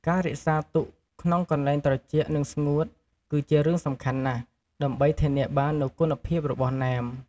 ការរក្សាទុកក្នុងកន្លែងត្រជាក់ និងស្ងួត គឺជារឿងសំខាន់ណាស់ ដើម្បីធានាបាននូវគុណភាពរបស់ណែម។